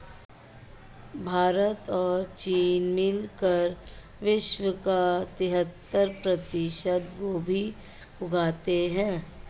भारत और चीन मिलकर विश्व का तिहत्तर प्रतिशत गोभी उगाते हैं